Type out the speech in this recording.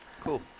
Cool